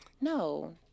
no